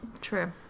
True